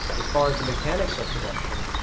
as far as the mechanics of production,